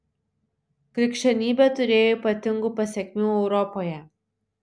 krikščionybė turėjo ypatingų pasekmių europoje